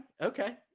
Okay